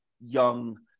young